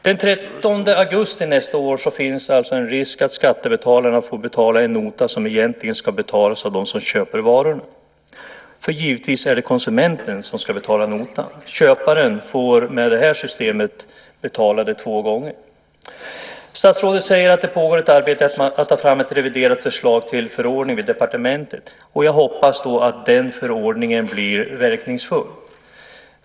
Den 13 augusti nästa år finns alltså en risk att skattebetalarna får betala en nota som egentligen ska betalas av dem som köper varorna. För givetvis är det konsumenten som ska betala notan. Köparen får med det här systemet betala det två gånger. Statsrådet säger att det pågår ett arbete med att ta fram ett reviderat förslag till förordning vid departementet. Jag hoppas att den förordningen blir verkningsfull.